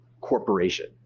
corporation